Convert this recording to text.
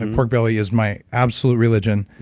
and pork belly is my absolute religion,